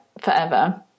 forever